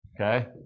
Okay